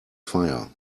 fire